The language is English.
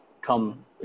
come